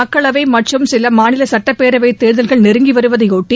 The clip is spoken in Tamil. மக்களவை மற்றும் சில மாநில கட்டப்பேரவைத் தேர்தல்கள் நெருங்கி வருவதையொட்டி